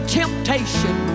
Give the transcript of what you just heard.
temptation